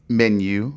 menu